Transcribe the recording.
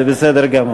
זה בסדר גמור.